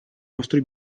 nostri